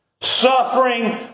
suffering